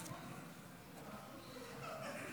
המליאה רוצה